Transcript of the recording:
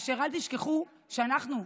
אל תשכחו שאנחנו,